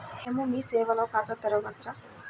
మేము మీ సేవలో ఖాతా తెరవవచ్చా?